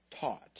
taught